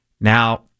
Now